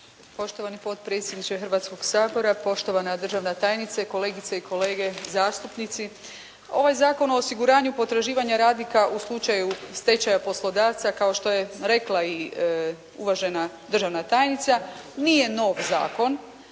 Poštovani potpredsjedniče Hrvatskog sabora, poštovana državna tajnice, kolegice i kolege zastupnici. Ovo je Zakon o osiguranju potraživanja radnika u slučaju stečaja poslodavca kao što je rekla uvažena državna tajnica nije nov zakon